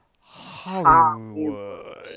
Hollywood